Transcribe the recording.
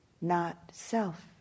not-self